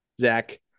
Zach